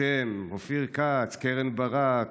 אתם: אופיר כץ, קרן ברק,